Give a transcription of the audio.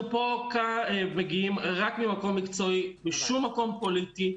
אנחנו מגיעים רק ממקום מקצועי ולא משום מקום פוליטי.